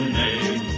name